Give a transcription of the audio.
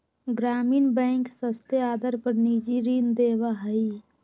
ग्रामीण बैंक सस्ते आदर पर निजी ऋण देवा हई